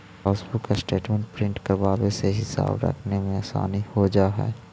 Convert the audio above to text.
passbook statement print करवावे से हिसाब रखने में आसानी हो जा हई